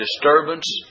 disturbance